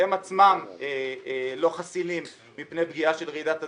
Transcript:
הם עצמם לא חסינים מפני פגיעה של רעידת אדמה.